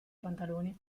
pantaloni